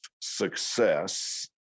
success